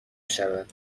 شود